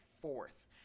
fourth